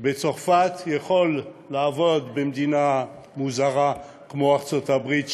בצרפת יכול לעבוד במדינה מוזרה כמו ארצות הברית,